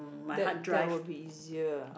that that would be easier